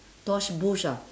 tosh burch ah